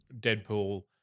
Deadpool